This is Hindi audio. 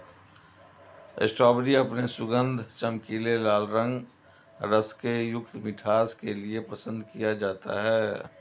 स्ट्रॉबेरी अपने सुगंध, चमकीले लाल रंग, रस से युक्त मिठास के लिए पसंद किया जाता है